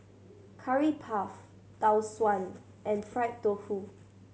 Curry Puff Tau Suan and fried tofu